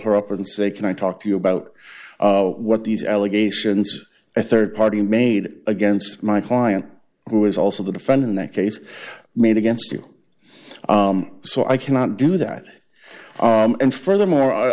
her up and say can i talk to you about what these allegations a rd party made against my client who is also the defendant that case made against you so i cannot do that and furthermore